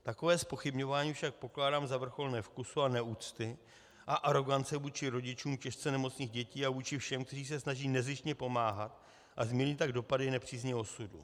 Takové zpochybňování však pokládám za vrchol nevkusu, neúcty a arogance vůči rodičům těžce nemocných dětí a vůči všem, kteří se snaží nezištně pomáhat a změnit tak dopady nepřízně osudu.